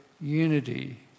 unity